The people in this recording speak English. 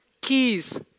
Keys